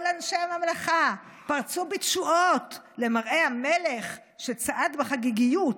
כל אנשי הממלכה פרצו בתשואות למראה המלך שצעד בחגיגיות.